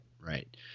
right